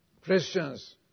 Christians